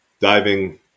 Diving